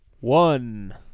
One